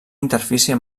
interfície